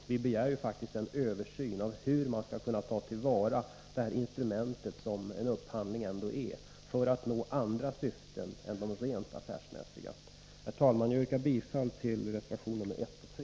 Det vi begär är ju faktiskt en översyn av hur man skall kunna ta till vara det instrument som en upphandling ändå är för att uppnå andra syften än de rent affärsmässiga. Herr talman! Jag yrkar bifall till reservationerna nr 1 och 3.